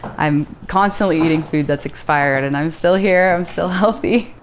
i'm constantly eating food that's expired, and i'm still here, i'm still healthy.